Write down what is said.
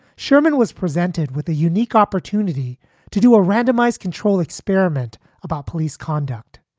sherman was presented with a unique opportunity to do a randomized controlled experiment about police conduct.